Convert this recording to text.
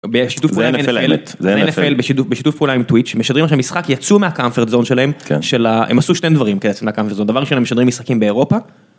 זה NFL בשיתוף פעולה עם טוויצ' משדרים עכשיו משחק - יצאו מהקומפורט זון שלהם הם עשו שני דברים כיציאה מהקומפורט זון - דבר ראשון הם משדרים משחקים באירופה,